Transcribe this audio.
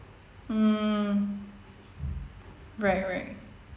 mm right right